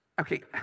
Okay